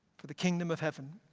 for the kingdom of heaven,